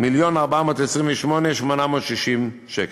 1,428,860 שקל.